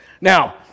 Now